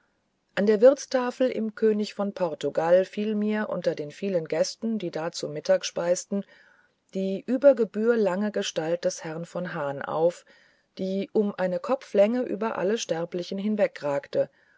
an der wirtstafel im könig von portugal fiel mir unter vielen gästen die da zu mittag speisten die über gebühr lange gestalt des herrn von hahn auf die um eine kopflänge über alle sterblichen